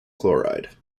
chloride